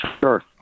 Sure